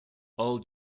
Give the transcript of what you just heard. all